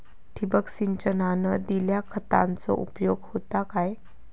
ठिबक सिंचनान दिल्या खतांचो उपयोग होता काय?